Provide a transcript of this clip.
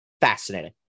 fascinating